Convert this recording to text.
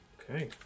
Okay